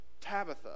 Tabitha